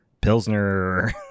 Pilsner